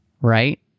right